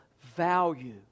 value